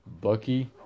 Bucky